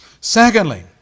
Secondly